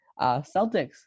Celtics